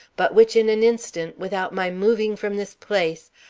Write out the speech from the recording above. but which in an instant, without my moving from this place,